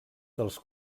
dels